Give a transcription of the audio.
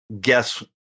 Guess